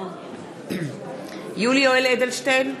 יולי יואל אדלשטיין,